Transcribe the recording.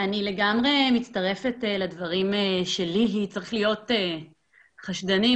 אולי אני צריכה להצטרף לדברים של מנכ"ל משרד האנרגיה,